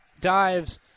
dives